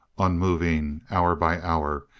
unmoving hour by hour,